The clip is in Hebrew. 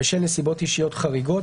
בשל נסיבות אישיות חריגות,